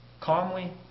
calmly